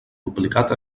duplicat